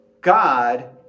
God